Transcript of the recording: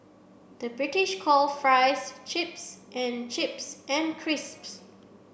the British call fries chips and chips and crisps